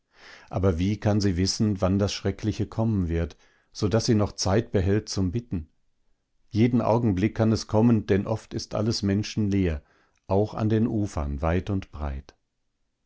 aber wie kann sie wissen wann das schreckliche kommen wird so daß sie noch zeit behält zum bitten jeden augenblick kann es kommen denn oft ist alles menschenleer auch an den ufern weit und breit